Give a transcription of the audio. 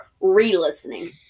re-listening